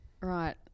Right